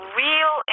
real